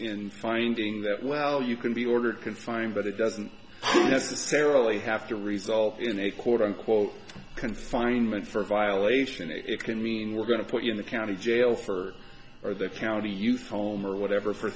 in finding that well you can be ordered confined but it doesn't necessarily have to result in a quote unquote confinement for violation and it could mean we're going to put you in the county jail for or the county youth home or whatever for